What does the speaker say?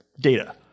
Data